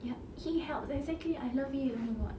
yup he helps exactly I love it oh my god